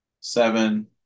seven